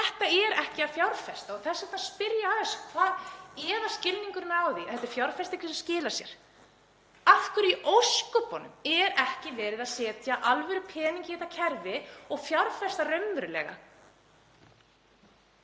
Þetta er ekki að fjárfesta. Þess vegna spyr ég að þessu. Ef það er skilningur á því að þetta sér fjárfesting sem skilar sér, af hverju í ósköpunum er ekki verið að setja alvörupening í þetta kerfi og fjárfesta raunverulega?